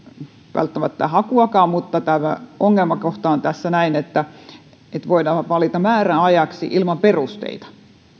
hakua mutta ongelmakohta tässä on että voidaan valita määräajaksi ilman perusteita